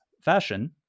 fashion